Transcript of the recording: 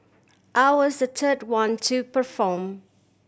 I was the third one to perform